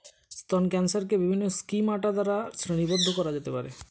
স্তন ক্যান্সারকে বিভিন্ন স্কিমাটা দ্বারা শ্রেণীবদ্ধ করা যেতে পারে